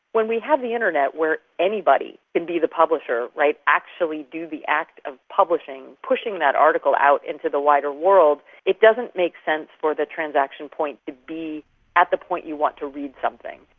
when we have the internet where anybody can be the publisher, actually do the act of publishing, pushing that article out into the wider world, it doesn't make sense for the transaction point to be at the point you want to read something.